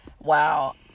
Wow